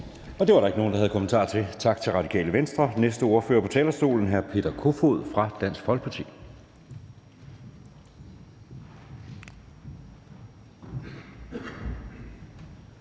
Det var der ikke nogen der havde kommentarer til. Tak til Radikale Venstre. Næste ordfører på talerstolen er hr. Peter Kofod fra Dansk Folkeparti.